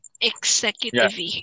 executive